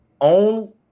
Own